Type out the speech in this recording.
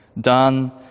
done